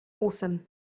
awesome